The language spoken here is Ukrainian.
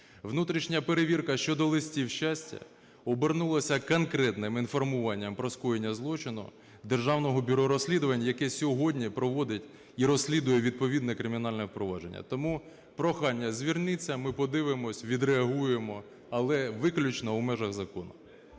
внутрішня перевірка щодо "листів щастя" обернулася конкретним інформуванням про скоєння злочину Державного бюро розслідувань, яке сьогодні проводить і розслідує відповідне кримінальне провадження. Тому прохання: зверніться, ми подивимося, відреагуємо, але виключно у межах закону.